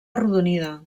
arrodonida